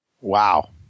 Wow